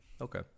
Okay